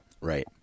right